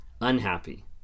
unhappy